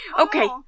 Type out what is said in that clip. Okay